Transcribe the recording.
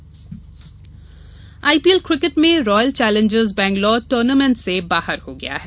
IPL IPL cricket में Royal Challengers Bangalore tournament से बाहर हो गया है